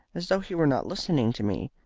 as though he were not listening to me.